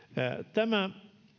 tämä